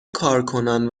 کارکنان